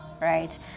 right